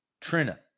Trina